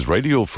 Radio